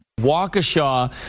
Waukesha